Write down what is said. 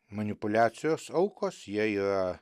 manipuliacijos aukos jie yra